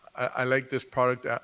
i like this product.